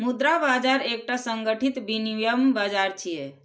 मुद्रा बाजार एकटा संगठित विनियम बाजार छियै